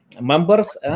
members